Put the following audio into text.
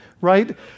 Right